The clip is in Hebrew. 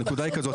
הנקודה היא כזאת,